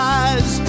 eyes